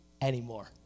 anymore